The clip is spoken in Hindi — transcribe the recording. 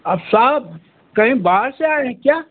आप साहब कहीं बाहर से आए हैं क्या